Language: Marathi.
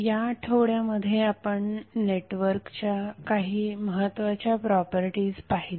या आठवड्यामध्ये आपण नेटवर्कच्या काही महत्त्वाच्या प्रॉपर्टीज पाहिल्या